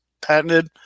patented